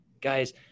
guys